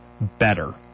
better